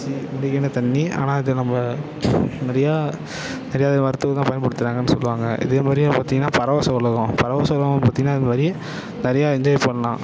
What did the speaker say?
மூலிகையான தண்ணி ஆனால் அதை நம்ப நிறையா தெரியாத வார்த்தை எல்லாம் பயன்படுத்துகிறாங்கன்னு சொல்லுவாங்கள் இதேமாதிரி பார்த்தீங்கன்னா பரவச உலகம் பரவச உலகம்னு பார்த்தீங்கன்னா இதுமாதிரி நிறையா என்ஜாய் பண்ணலாம்